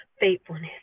faithfulness